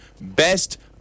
best